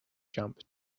jump